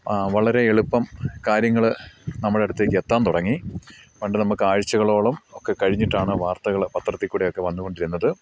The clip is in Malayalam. വളരെ എളുപ്പം കാര്യങ്ങൾ നമ്മുടെ അടുത്തേക്ക് എത്താൻ തുടങ്ങി പണ്ട് നമുക്ക് ആഴ്ചകളോളം ഒക്കെ കഴിഞ്ഞിട്ടാണ് വാർത്തകൾ പത്രത്തിൽക്കൂടെയൊക്കെ വന്ന് കൊണ്ടിരുന്നത്